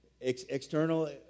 External